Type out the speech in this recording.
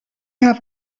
haw